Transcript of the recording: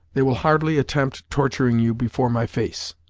they will hardly attempt torturing you before my face!